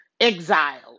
exiled